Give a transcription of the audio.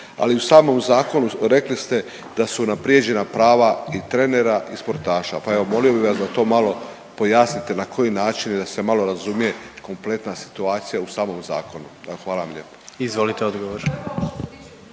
ali u samom Zakonu rekli ste da su unaprijeđena prava i trenera i sportaša, pa evo molio bih vas da to malo pojasnite na koji način i da se malo razumije kompletna situacija u samom Zakonu. Evo, hvala vam lijepo. **Jandroković,